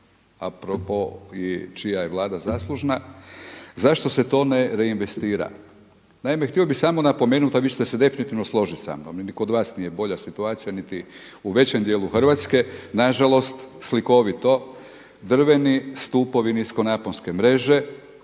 a pro po i čija je Vlada zaslužna, zašto se to ne reinvestira. Naime, htio bih samo napomenuti a vi ćete se definitivno složiti samnom, ni kod vas nije bolja situacija niti u većem dijelu Hrvatske, nažalost slikovito drveni stupovi, niskonaponske mreže,